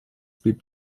blieb